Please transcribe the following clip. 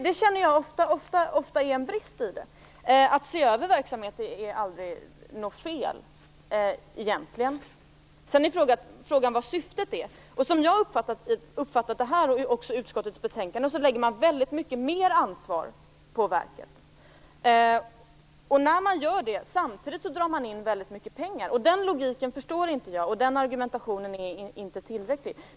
Det känner jag ofta är en brist. Att se över verksamheter är egentligen aldrig fel. Frågan är vilket syftet är. Som jag har uppfattat frågan, och som utskottet uttrycker det i betänkandet, lägger man väldigt mycket mer ansvar på verket. Samtidigt drar man in väldigt mycket pengar. Den logiken förstår inte jag. Den argumentationen är inte tillräcklig.